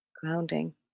grounding